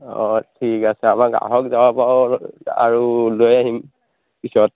অঁ ঠিক আছে আৰু লৈ আহিম পিছত